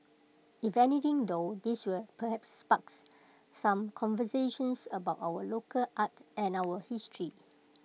if anything though this will perhaps sparks some conversations about our local art and our history